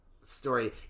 story